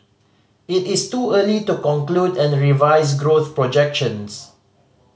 it is too early to conclude and revise growth projections